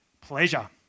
pleasure